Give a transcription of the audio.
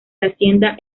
hacienda